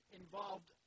involved